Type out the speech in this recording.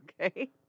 Okay